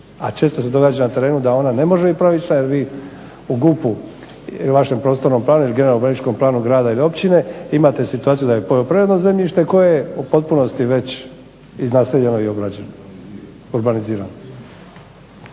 a često se događa na terenu da ona ne može bit pravična jer vi u GUP-u, vašem prostornom planu ili generalnom urbanističkom planu grada ili općine imate situaciju da je poljoprivredno zemljište koje je u potpunosti već iznaseljeno i urbanizirano.